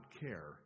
care